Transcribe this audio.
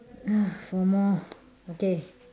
ah four more okay